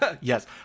yes